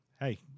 hey